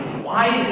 why